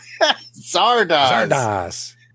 Zardoz